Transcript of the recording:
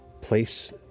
place